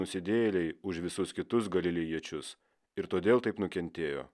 nusidėjėliai už visus kitus galilėjiečius ir todėl taip nukentėjo